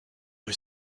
was